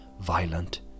violent